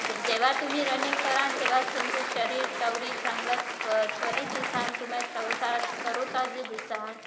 जेव्हा तुम्ही रनिंग कराल तेव्हाच तुमचं शरीर तवरी चांगलं प् त्वरित दिसाल तुमा तव तार तर तरो ताजे दिसाल